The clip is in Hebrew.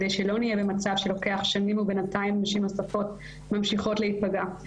כדי שלא נהיה במצב שלוקח שנים ובינתיים נשים נוספות ממשיכות להיפגע.